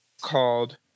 called